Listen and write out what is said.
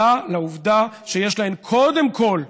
אלא לעובדה שיש להן קודם כול,